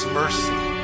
mercy